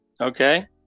okay